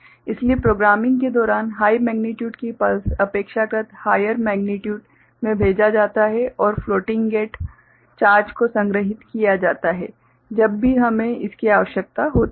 इसलिए प्रोग्रामिंग के दौरान हाइ मेग्नीट्यूड की पल्स अपेक्षाकृत हाइयर मेग्नीट्यूड में भेजा जाता है और फ्लोटिंग गेट चार्ज को संग्रहीत किया जाता है जब भी हमें इसकी आवश्यकता होती है